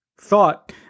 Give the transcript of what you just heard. thought